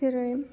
जेरै